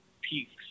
peaks